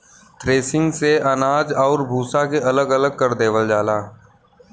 threshing से अनाज आउर भूसा के अलग अलग कर देवल जाला